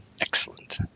Excellent